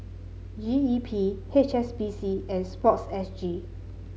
G E P H S B C and sports S G